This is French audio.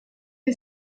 que